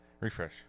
Refresh